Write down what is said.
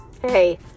Hey